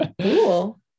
Cool